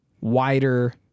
wider